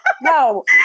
No